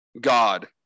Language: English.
God